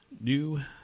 New